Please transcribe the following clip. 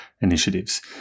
initiatives